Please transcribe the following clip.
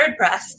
WordPress